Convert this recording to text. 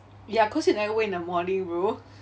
ya cause you never wear in the morning bro